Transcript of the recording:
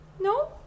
No